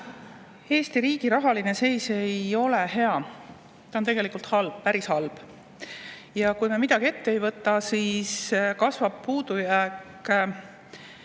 Eesti riigi rahaline seis ei ole hea, see on tegelikult halb, päris halb. Ja kui me midagi ette ei võta, siis kasvab puudujääk